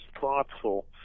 thoughtful